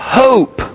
hope